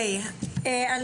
בוקר טוב.